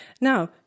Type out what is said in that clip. Now